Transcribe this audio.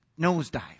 nosedive